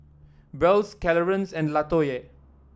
Wells Clarance and Latoyia